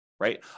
right